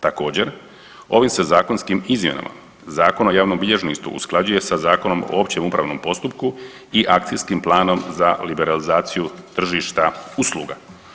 Također, ovim se zakonskim izmjenama Zakona o javnom bilježništvu usklađuje sa Zakonom o općem upravnom postupku i akcijskim planom za liberalizaciju tržišta usluga.